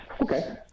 Okay